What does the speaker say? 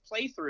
playthrough